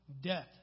death